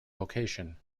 location